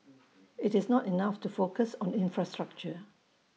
IT is not enough to focus on infrastructure